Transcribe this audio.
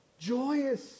joyous